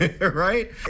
Right